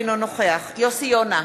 אינו נוכח יוסי יונה,